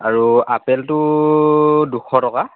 আৰু আপেলটো দুশ টকা